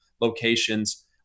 locations